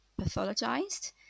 pathologized